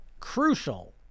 crucial